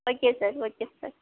okay sir okay sir